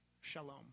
shalom